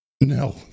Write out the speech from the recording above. No